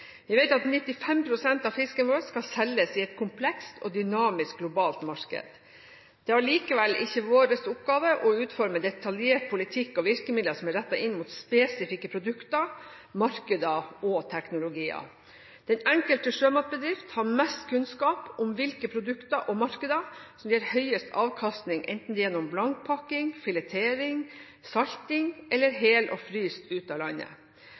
Vi vet at 95 pst. av fisken vår skal selges i et komplekst og dynamisk globalt marked. Det er allikevel ikke vår oppgave å utforme detaljert politikk og virkemidler som er rettet inn mot spesifikke produkter, markeder og teknologier. Den enkelte sjømatbedrift har mest kunnskap om hvilke produkter og markeder som gir høyest avkastning, enten det er gjennom blankpakking, filetering, salting eller hel fryst ut av landet.